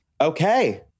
Okay